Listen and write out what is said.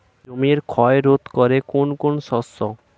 জমির ক্ষয় রোধ করে কোন কোন শস্য?